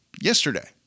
yesterday